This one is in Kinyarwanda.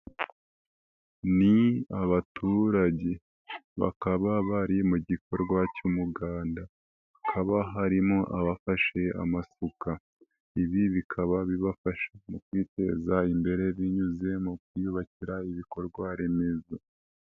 Ni abaturage, bakaba bari mu gikorwa cy'umuganda, hakaba harimo abafashe amasuka, ibi bikaba bibafasha mu kwiteza imbere, binyuze mu kwiyubakira ibikorwa remezo.